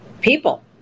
people